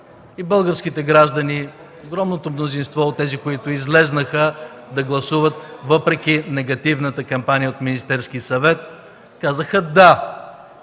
и българските граждани – огромното мнозинство от тези, които излязоха да гласуват, въпреки негативната кампания от Министерския съвет казаха „да”.